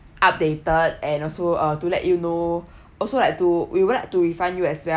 updated and also uh to let you know also like to we would like to refund you as well